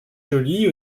jolie